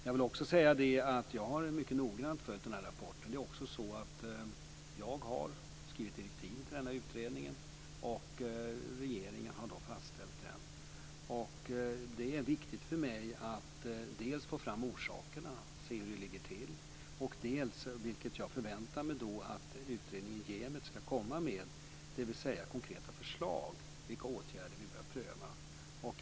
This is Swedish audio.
Jag vill också säga att jag mycket noggrant har följt den här rapporten. Det är också så att jag har skrivit direktiven till denna utredning och regeringen har fastställt dem. Det är viktigt för mig att dels få fram orsakerna, se hur det ligger till, dels, vilket jag förväntar mig att utredningen Jämit ska göra, komma med konkreta förslag på vilka åtgärder vi bör pröva.